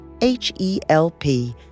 H-E-L-P